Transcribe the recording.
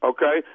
Okay